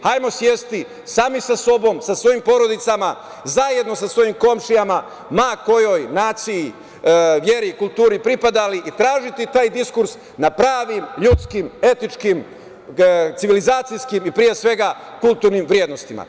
Hajmo sesti sami sa sobom, sa svojim porodicama, zajedno sa svojim komšijama, ma kojoj naciji, veri, kulturi pripadali i tražiti taj diskurs na pravim ljudskim, etičkim, civilizacijskim, i pre svega, kulturnim vrednostima.